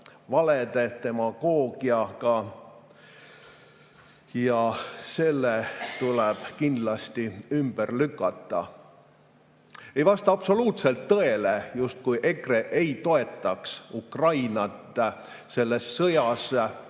valede ja demagoogiaga. See tuleb kindlasti ümber lükata. Ei vasta absoluutselt tõele, justkui EKRE ei toetaks Ukrainat selles sõjas.